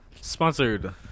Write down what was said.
Sponsored